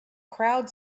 crowd